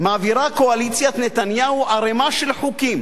"מעבירה קואליציית נתניהו ערימה של חוקים,